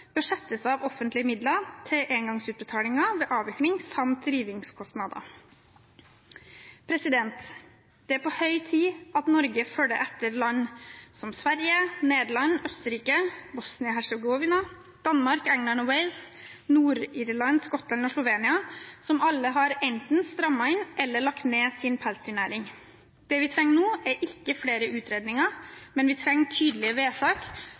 av offentlige midler til engangsutbetalinger ved avvikling samt rivningskostnader. Det er på høy tid at Norge følger etter land som Sverige, Nederland, Østerrike, Bosnia-Hercegovina, Danmark, England og Wales, Nord-Irland, Skottland og Slovenia, som alle har enten strammet inn eller lagt ned sin pelsdyrnæring. Det vi trenger nå, er ikke flere utredninger, men vi trenger tydelige vedtak